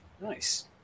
Nice